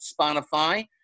Spotify